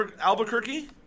Albuquerque